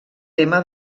tema